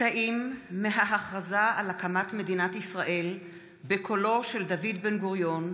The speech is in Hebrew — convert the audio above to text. קטעים מההכרזה על הקמת מדינת ישראל בקולו של דוד בן-גוריון,